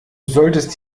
solltest